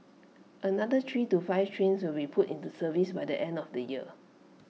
another three to five trains will be put into service by the end of the year